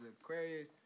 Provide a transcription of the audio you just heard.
Aquarius